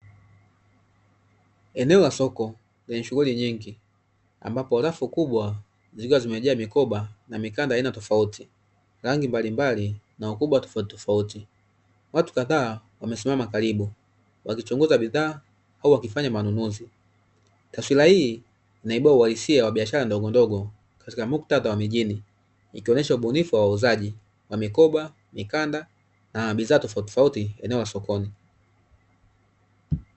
Eneo la soko, shughuli nyingi. Ambapo rafu kubwa zilikuwa zimejaa mikoba na mikanda, haina tofauti, rangi mbalimbali na wakubwa tofautitofauti. Watu kadhaa wamesimama karibu wakichunguza bidhaa au wakifanya manunuzi. Taswira hii inaibua uhalisia wa biashara ndogondogo katika muktadha wa mijini, ikionyesha ubunifu wa wauzaji wa mikoba, mikanda, na bidhaa tofautitofauti eneo la sokoni.